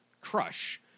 crush